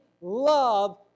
love